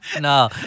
No